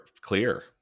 clear